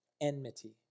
Enmity